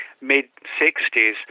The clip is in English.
mid-60s